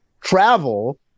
travel